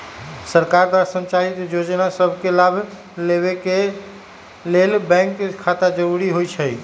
सरकार द्वारा संचालित जोजना सभके लाभ लेबेके के लेल बैंक खता जरूरी होइ छइ